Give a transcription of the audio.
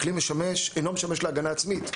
הכלי אינו משמש להגנה עצמית,